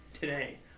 today